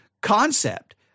concept